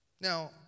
Now